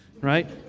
right